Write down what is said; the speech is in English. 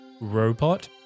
robot